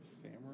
Samurai